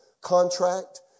contract